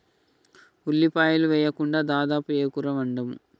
ఉల్లిపాయలు వేయకుండా దాదాపు ఏ కూర వండము